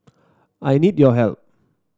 I need your help